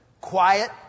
quiet